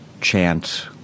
chant